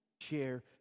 Share